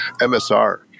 MSR